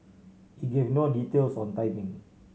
he gave no details on timing